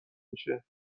میشه